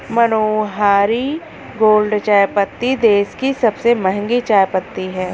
मनोहारी gold चायपत्ती देश की सबसे महंगी चायपत्ती है